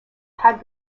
had